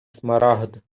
смарагд